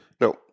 No